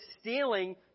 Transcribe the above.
stealing